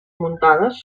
muntades